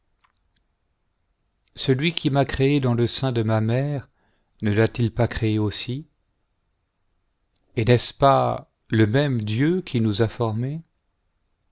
celui qui m'a créé dans le sein de ma mère ne l'a-t-il pas créé aussi et n'est-ce pas le même dieu qui nous a formés